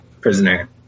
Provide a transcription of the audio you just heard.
prisoner